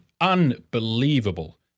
unbelievable